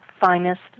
finest